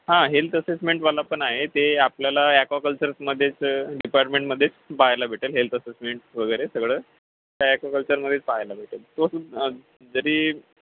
हां हेल्थ असेसमेंटवाला पण आहे ते आपल्याला ॲक्वाकल्चर्समध्येच डिपार्टमेंटमध्येच पाहायला भेटेल हेल्थ असेसमेंट वगैरे सगळं त्या ॲक्वाकल्चरमध्येच पाहायला भेटेल तो सुद् जरी